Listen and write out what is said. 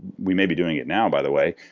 we may be doing it now, by the way.